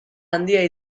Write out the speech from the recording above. handia